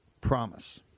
promise